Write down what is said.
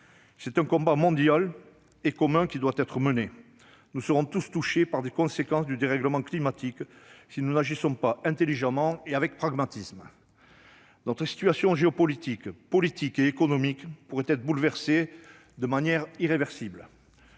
d'un combat commun, mondial : nous serons tous touchés par les conséquences du dérèglement climatique si nous n'agissons pas avec intelligence et pragmatisme. Notre situation géopolitique, politique et économique pourrait être bouleversée de manière irréversible.